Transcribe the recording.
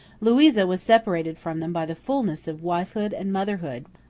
louisa was separated from them by the fulness of wifehood and motherhood,